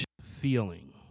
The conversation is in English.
Feeling